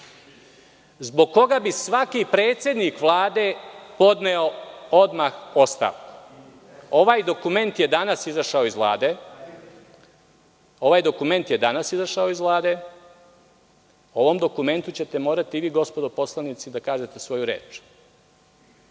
zbog koga bi svaki predsednik Vlade podneo odmah ostavku. Ovaj dokument je danas izašao iz Vlade. O ovom dokumentu ćete morati i vi gospodo poslanici da kažete svoju reč.